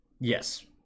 Yes